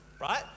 right